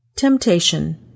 Temptation